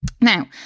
Now